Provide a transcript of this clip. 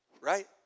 Right